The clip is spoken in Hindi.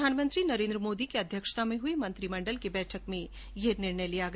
प्रधानमंत्री नरेन्द्र मोदी की अध्यक्षता में हई मंत्रिमण्डल की बैठक में यह निर्णय लिया गया